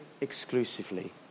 exclusively